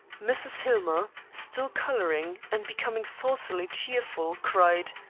mrs. hillmer, still coloring and becoming saucily cheerful, cried,